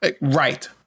Right